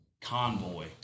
convoy